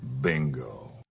Bingo